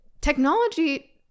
technology